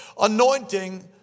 anointing